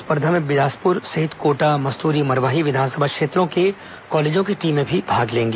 प्रतियोगिता में बिलासपुर सहित कोटा मस्तूरी मरवाही विधानसभा क्षेत्रों के कॉलेजों की टीम भी हिस्सा लेंगी